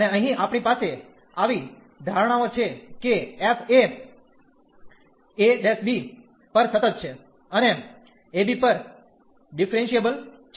અને અહીં આપણી પાસે આવી ધારણાઓ છે કે f એ a b પર સતત છે અને a b પર ડિફરેન્શિયેબલ છે